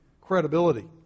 credibility